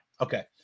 Okay